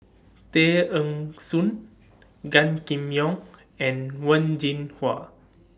Tay Eng Soon Gan Kim Yong and Wen Jinhua